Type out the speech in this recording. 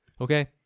okay